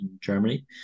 Germany